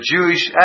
Jewish